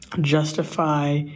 justify